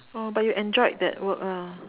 oh but you enjoyed that work lah